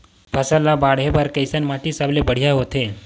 फसल ला बाढ़े बर कैसन माटी सबले बढ़िया होथे?